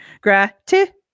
Gratitude